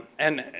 and,